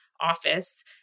office